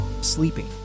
Sleeping